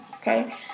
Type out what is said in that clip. Okay